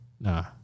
nah